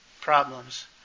problems